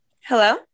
Hello